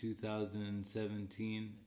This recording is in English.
2017